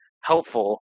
helpful